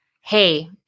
hey